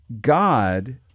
God